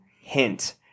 hint